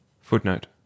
Footnote